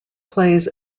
plays